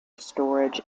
storage